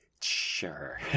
Sure